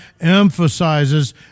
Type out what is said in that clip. emphasizes